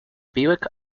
berwick